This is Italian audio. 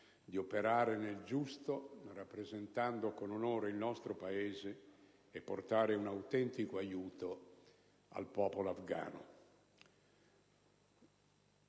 di operare nel giusto, rappresentando con onore il nostro Paese e di portare un autentico aiuto al popolo afgano.